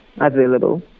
available